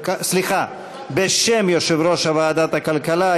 בשם יושב-ראש ועדת הכלכלה,